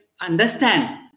understand